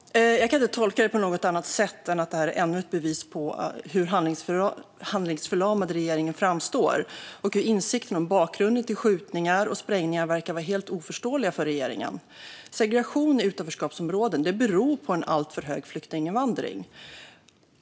Herr talman! Jag kan inte tolka detta på något annat sätt än som ännu ett bevis på hur handlingsförlamad regeringen är och hur den helt verkar sakna insikt om bakgrunden till skjutningar och sprängningar. Segregation i utanförskapsområden beror på en alltför hög flyktinginvandring.